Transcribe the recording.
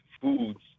foods